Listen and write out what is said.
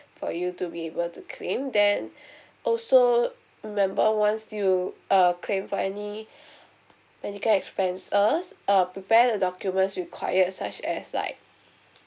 for you to be able to claim then also remember once you err claim for any medical expenses uh prepare the documents required such as like